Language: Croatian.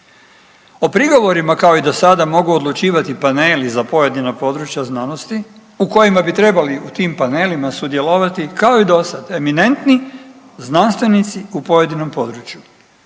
O prigovorima kao i do sada mogu odlučivati paneli za pojedina područja znanosti u kojima bi trebali u tim panelima sudjelovati kao i do sad, eminentni znanstvenici u pojedinom području